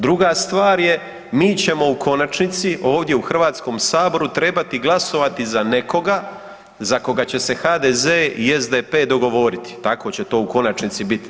Druga stvar je, mi ćemo u konačnici, ovdje u HS, trebati glasovati za nekoga za koga će se HDZ i SDP dogovoriti, tako će to u konačnici biti.